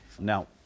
Now